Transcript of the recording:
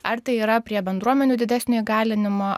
ar tai yra prie bendruomenių didesnio įgalinimo